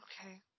Okay